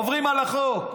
עוברים על החוק,